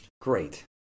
Great